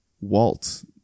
Walt